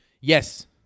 Yes